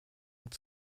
und